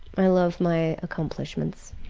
i love my accomplishments.